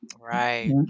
Right